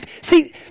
See